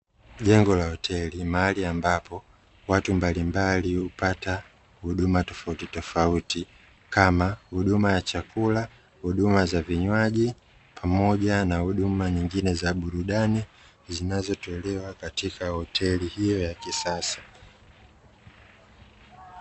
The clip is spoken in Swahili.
Jengo la hoteli, mahali ambapo watu mbalimbali hupata huduma tofautitofauti, kama huduma ya chakula, huduma za vinywaji, pamoja na huduma zingine za burudani, zinazotolewa katika hoteli hiyo ya kisasa.